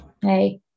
hey